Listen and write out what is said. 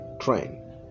train